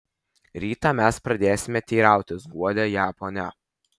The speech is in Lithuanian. rytą mes pradėsime teirautis guodė ją ponia